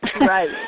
Right